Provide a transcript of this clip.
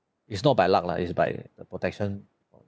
it's not by luck lah is by the protection